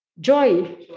joy